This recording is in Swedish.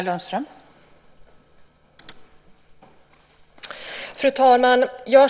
Fru talman!